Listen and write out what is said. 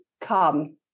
come